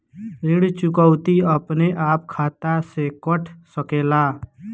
ऋण चुकौती अपने आप खाता से कट सकेला?